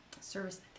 service